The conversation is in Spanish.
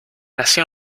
nació